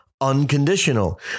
unconditional